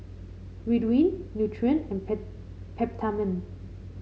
Ridwind Nutren and Peptamen